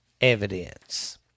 evidence